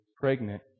pregnant